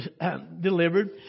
delivered